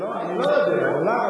אני לא יודע, אולי.